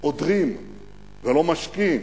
עודרים ולא משקים,